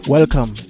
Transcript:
Welcome